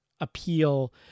appeal